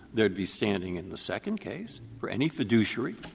there'd be standing in the second case for any fiduciary,